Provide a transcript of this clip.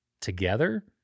together